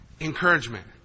encouragement